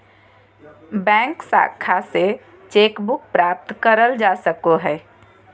bank शाखा से cheque book प्राप्त करल जा सको हय